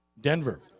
Denver